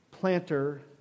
planter